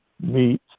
meet